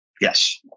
Yes